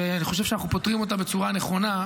ואני חושב שאנחנו פותרים אותה בצורה נכונה.